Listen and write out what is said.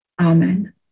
Amen